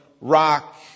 rock